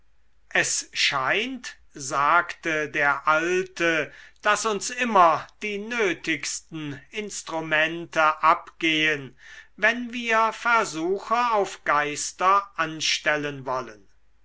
es scheint sagte der alte daß uns immer die nötigsten instrumente abgehen wenn wir versuche auf geister anstellen wollen